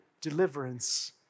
deliverance